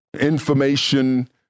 information